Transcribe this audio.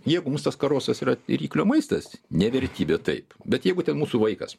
jeigu mums tas karosas yra ryklio maistas ne vertybė taip bet jeigu ten mūsų vaikas